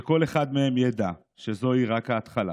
שכל אחד מהם ידע שזוהי רק ההתחלה.